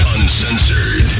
Uncensored